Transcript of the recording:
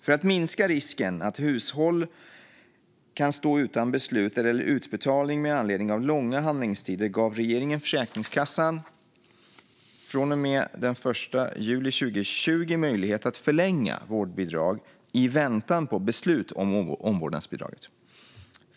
För att minska risken att hushåll kan stå utan beslut eller utbetalning med anledning av långa handläggningstider gav regeringen Försäkringskassan, från och med den 1 juli 2020, möjlighet att förlänga vårdbidrag i väntan på beslut om omvårdnadsbidraget.